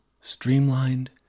streamlined